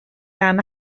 ran